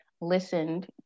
listened